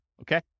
Okay